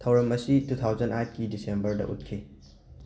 ꯊꯧꯔꯝ ꯑꯁꯤ two thousand ꯑꯥꯏꯠꯀꯤ ꯗꯤꯁꯦꯝꯕꯔꯗ ꯎꯠꯈꯤ